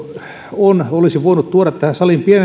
on olisi voinut tuoda tähän saliin